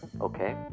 Okay